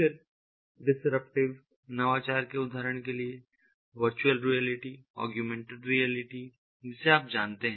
फिर डिसरप्टिव नवाचार के उदाहरण के लिए वर्चुअल रियलिटी ऑगमेंटेड रियलिटी जिसे आप जानते हैं